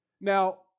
Now